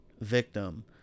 victim